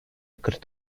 kırk